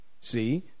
See